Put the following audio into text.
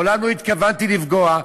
מעולם לא התכוונתי לפגוע,